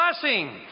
blessing